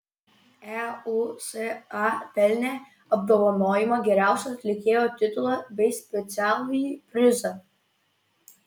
eusa pelnė apdovanojimą geriausio atlikėjo titulą bei specialųjį prizą